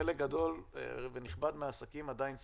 חלק גדול ונכבד מהעסקים עדיין סגור.